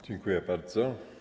Dziękuję bardzo.